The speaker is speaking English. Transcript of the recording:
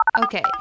Okay